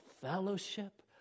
fellowship